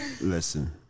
listen